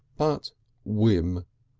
but whim.